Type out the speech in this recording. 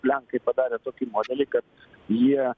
lenkai padarė tokį modelį kad jie